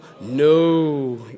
No